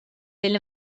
lill